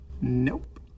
Nope